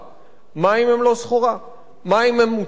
מים הם לא סחורה, מים הם מוצר בסיסי,